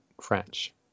french